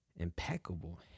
Impeccable